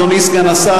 אדוני סגן השר,